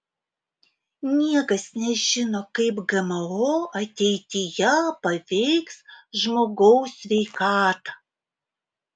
niekas nežino kaip gmo ateityje paveiks žmogaus sveikatą